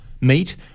meet